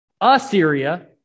Assyria